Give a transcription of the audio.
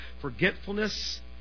forgetfulness